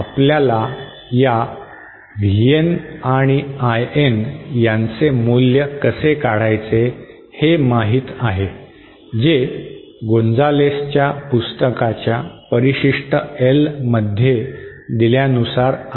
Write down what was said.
आपल्याला या VN आणि IN यांचे मूल्य कसे काढायचे हे माहित आहे जे गोंजालेसच्या पुस्तकाच्या परिशिष्ट L मध्ये दिल्यानुसार आहे